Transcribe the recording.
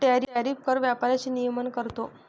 tariff कर व्यापाराचे नियमन करतो